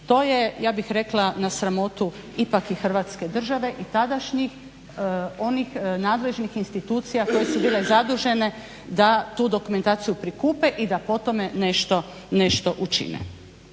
To je, ja bih rekla, na sramotu ipak i Hrvatske države i tadašnjih, onih nadležnih institucija koje su bile zadužene da tu dokumentaciju prikupe i da po tome nešto učine.